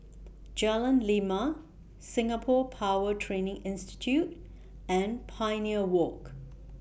Jalan Lima Singapore Power Training Institute and Pioneer Walk